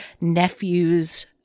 nephew's